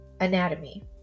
anatomy